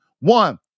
One